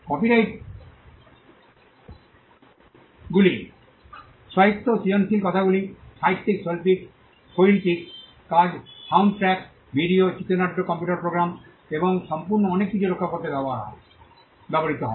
copyright কপিরাইটগুলি সাহিত্য ও সৃজনশীল কাজগুলি সাহিত্য শৈল্পিক কাজ সাউন্ডট্র্যাক ভিডিও চিত্রনাট্য কম্পিউটার প্রোগ্রাম এবং সম্পূর্ণ অনেক কিছু রক্ষা করতে ব্যবহৃত হয়